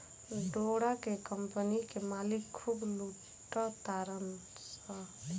डोरा के कम्पनी के मालिक खूब लूटा तारसन